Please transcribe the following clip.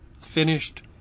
finished